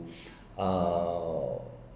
err